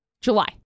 July